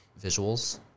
Visuals